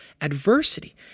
adversity